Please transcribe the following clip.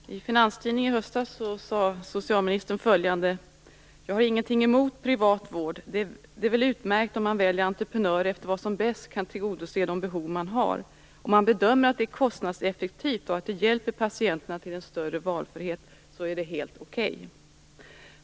Fru talman! I Finanstidningen i höstas sade socialministern följande: Jag har ingenting emot privat vård. Det är väl utmärkt om man väljer entreprenör efter vad som bäst kan tillgodose de behov man har. Om man bedömer att det är kostnadseffektivt och att det hjälper patienterna till en större valfrihet är det helt okej.